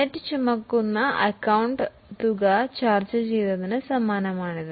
net carrying തുക ചർച്ച ചെയ്തതിന് സമാനമാണ് ഇത്